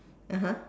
(uh huh)